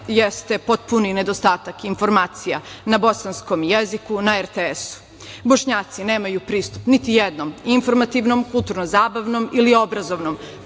jeste potpuni nedostatak informacija na bosanskom jeziku na RTS-u. Bošnjaci nemaj pristup niti jednom informativnom, kulturno-zabavnom ili obrazovnom